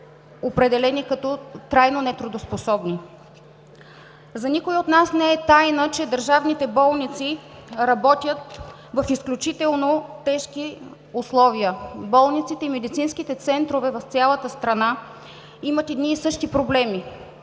определени като трайно нетрудоспособни. За никого от нас не е тайна, че държавните болници работят в изключително тежки условия. Болниците и медицинските центрове в цялата страна имат едни и същи проблеми.